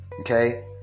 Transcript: Okay